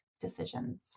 decisions